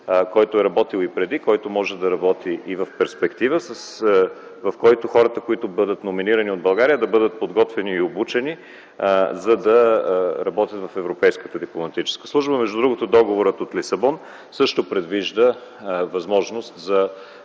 който е работил и преди, който може да работи и в перспектива, в който хората, които бъдат номинирани от България, да бъдат подготвени и обучени, за да работят в Европейската дипломатическа служба. Между друго договорът от Лисабон също предвижда възможност за